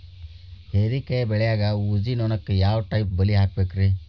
ಹೇರಿಕಾಯಿ ಬೆಳಿಯಾಗ ಊಜಿ ನೋಣಕ್ಕ ಯಾವ ಟೈಪ್ ಬಲಿ ಹಾಕಬೇಕ್ರಿ?